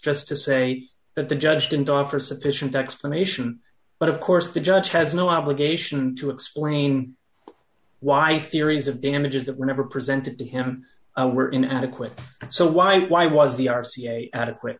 just to say that the judge didn't offer sufficient explanation but of course the judge has no obligation to explain why series of damages that were never presented to him were inadequate so why why was the r c a adequate